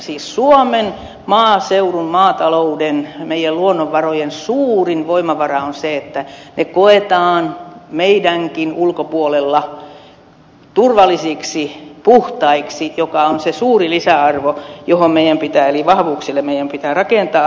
siis suomen maaseudun maatalouden meidän luonnonvarojemme suurin voimavara on se että ne koetaan meidänkin ulkopuolella turvallisiksi puhtaiksi mikä on se suuri lisäarvo johon meidän pitää rakentaa eli vahvuuksille meidän pitää rakentaa